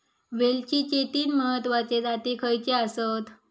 वेलचीचे तीन महत्वाचे जाती खयचे आसत?